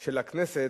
של הכנסת,